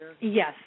Yes